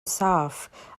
saff